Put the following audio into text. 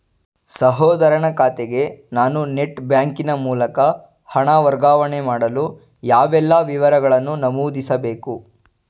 ಸಹೋದರನ ಖಾತೆಗೆ ನಾನು ನೆಟ್ ಬ್ಯಾಂಕಿನ ಮೂಲಕ ಹಣ ವರ್ಗಾವಣೆ ಮಾಡಲು ಯಾವೆಲ್ಲ ವಿವರಗಳನ್ನು ನಮೂದಿಸಬೇಕು?